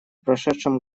прошедшем